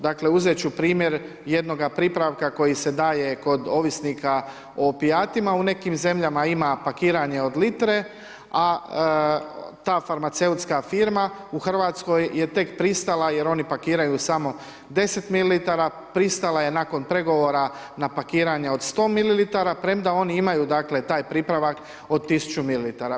Dakle, uzet ću primjer jednoga pripravka koji se daje kod ovisnika o opijatima u nekim zemljama ima pakiranje od litre, a ta farmaceutska firma u Hrvatskoj je tek pristala jer oni pakiraju samo 10 mililitara, pristala je nakon pregovora na pakiranje od 100 mililitara premda oni imaju dakle taj pripravak od tisuću mililitara.